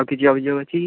ଆଉ କିଛି ଅଭିଯୋଗ ଅଛି